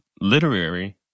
literary